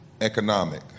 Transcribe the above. economic